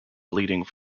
bleeding